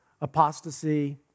apostasy